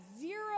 zero